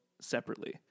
separately